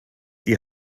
die